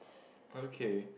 okay